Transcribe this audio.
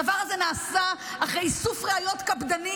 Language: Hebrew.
הדבר הזה נעשה אחרי איסוף ראיות קפדני